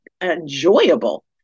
enjoyable